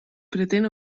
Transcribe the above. pretén